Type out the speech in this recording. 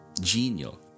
genial